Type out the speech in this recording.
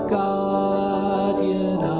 guardian